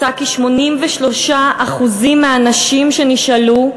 מצא כי 83% מהנשים שנשאלו,